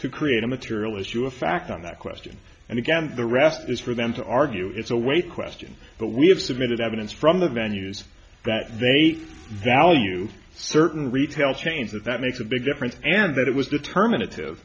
to create a material issue of fact on that question and again the rest is for them to argue it's away question but we have submitted evidence from the venue's that they value certain retail chains and that makes a big difference and that it was determinative to t